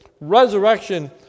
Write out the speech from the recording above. resurrection